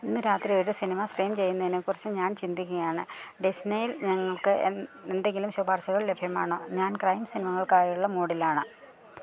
ഇന്ന് രാത്രി ഒരു സിനിമ സ്ട്രീം ചെയ്യുന്നതിനെക്കുറിച്ച് ഞാൻ ചിന്തിക്കുകയാണ് ഡിസ്നീൽ ഞങ്ങൾക്ക് എന്തെങ്കിലും ശുപാർശകൾ ലഭ്യമാണോ ഞാൻ ക്രൈം സിനിമകൾക്കായുള്ള മൂഡിലാണ്